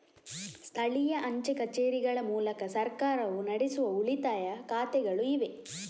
ಸ್ಥಳೀಯ ಅಂಚೆ ಕಚೇರಿಗಳ ಮೂಲಕ ಸರ್ಕಾರವು ನಡೆಸುವ ಉಳಿತಾಯ ಖಾತೆಗಳು ಇವೆ